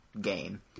game